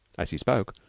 as he spoke,